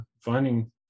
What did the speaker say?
finding